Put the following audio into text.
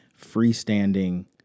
freestanding